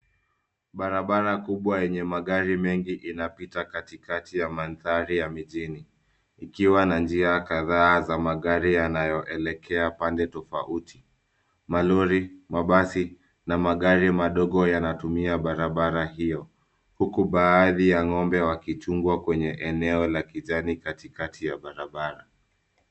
Barabara kubwa yenye magari mengi inapita katikati ya mandhari ya mijini, ikiwa na njia kadhaa za magari yanayoelekea pande tofauti. Malori, mabasi na magari madogo yanatumia barabara hiyo, huku baadhi ya ng'ombe wakichungwa kwenye eneo la kijani katikati ya barabara.